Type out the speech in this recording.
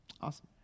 Awesome